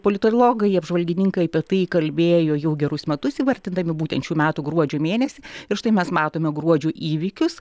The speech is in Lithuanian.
politologai apžvalgininkai apie tai kalbėjo jau gerus metus įvardindami būtent šių metų gruodžio mėnesį ir štai mes matome gruodžio įvykius